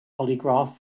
polygraph